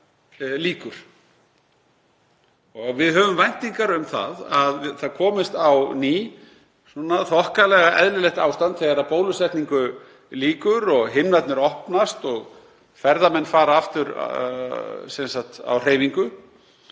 lýkur. Við höfum væntingar um að það komist á ný í þokkalega eðlilegt ástand þegar bólusetningu lýkur og himnarnir opnast og ferðamenn fara aftur á hreyfingu.